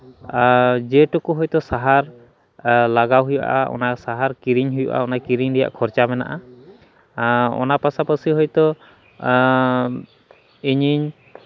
ᱡᱮᱴᱩᱠᱩ ᱦᱚᱭᱛᱳ ᱥᱟᱦᱟᱨ ᱞᱟᱜᱟᱣ ᱦᱩᱭᱩᱜᱼᱟ ᱚᱱᱟ ᱥᱟᱦᱟᱨ ᱠᱤᱨᱤᱧ ᱦᱩᱭᱩᱜᱼᱟ ᱚᱱᱟ ᱠᱤᱨᱤᱧ ᱨᱮᱭᱟᱜ ᱠᱷᱚᱨᱪᱟ ᱢᱮᱱᱟᱜᱼᱟ ᱚᱱᱟ ᱯᱟᱥᱟᱯᱟᱥᱤ ᱦᱚᱭᱛᱚ ᱤᱧᱤᱧ